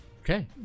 Okay